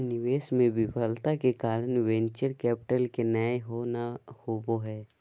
निवेश मे विफलता के कारण वेंचर कैपिटल के नय होना होबा हय